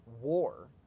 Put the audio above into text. war